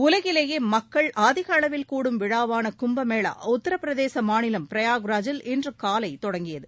உலகிலேயே மக்கள் அதிக அளவில் கூடும் விழாவான கும்ப மேளா உத்திரபிரதேச மாநிலம் பிரயாக்ராஜில் இன்றுகாலை தொடங்கியது